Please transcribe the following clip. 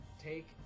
take